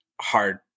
hard